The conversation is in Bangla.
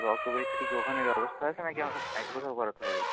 রক্ত পরীক্ষাটা কি ওখানে ব্যবস্থা আছে না কি আমাকে বাইরে কোথাও করাতে হবে